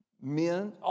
Men